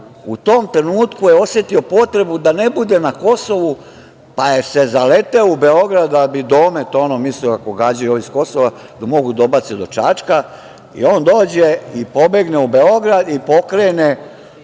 u tom trenutku potrebu da ne bude na Kosovo pa se zaleteo u Beograd da bi domet, ako ovi gađaju sa Kosova, da mogu da dobace do Čačka, i on dođe i pobegne u Beograd i pokrene